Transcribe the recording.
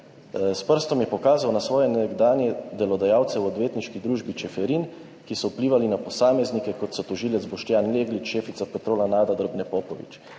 s prstom je pokazal na svoje nekdanje delodajalce v odvetniški družbi Čeferin, ki so vplivali na posameznike, kot so tožilec Boštjan Jeglič, šefica Petrola Nada Drobne Popović.